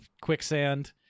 quicksand